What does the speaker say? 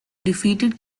defeated